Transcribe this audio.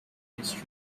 history